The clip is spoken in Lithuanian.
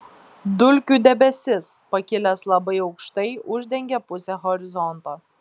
dulkių debesis pakilęs labai aukštai uždengia pusę horizonto